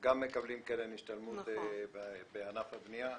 גם מקבלים קרן השתלמות בענף הבנייה --- נכון,